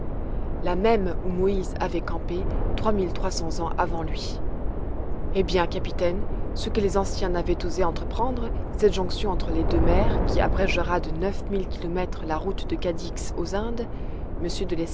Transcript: là même où moïse avait campé trois mille trois cents ans avant lui eh bien capitaine ce que les anciens n'avaient osé entreprendre cette jonction entre les deux mers qui abrégera de neuf mille kilomètres la route de cadix aux indes